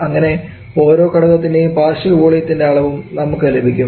അങ്ങനെ ഓരോ ഘടകത്തിൻറെയും പാർഷ്യൽ വോളിയതിൻറെ അളവും നമുക്ക് ലഭിക്കും